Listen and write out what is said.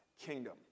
kingdom